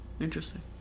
Interesting